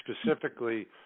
specifically